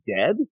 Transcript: dead